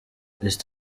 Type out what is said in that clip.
east